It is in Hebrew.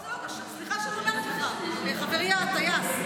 אבל זה לא קשור, סליחה שאני אומרת לך, חברי הטייס.